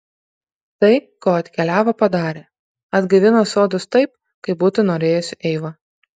tai ko atkeliavo padarė atgaivino sodus taip kaip būtų norėjusi eiva